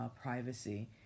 privacy